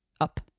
up